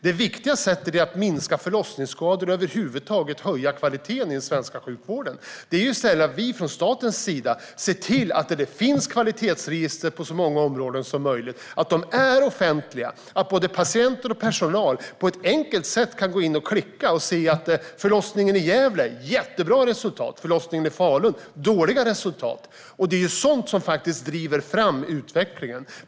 Det viktiga sättet att minska förlossningsskador och över huvud taget höja kvaliteten i den svenska sjukvården är i stället att vi från statens sida ser till att det finns kvalitetsregister på så många områden som möjligt, att de är offentliga och att patienter och personal på ett enkelt sätt kan gå in och se hurdana resultat man har på de olika förlossningsklinikerna. Det är sådant som driver fram utvecklingen.